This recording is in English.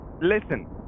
listen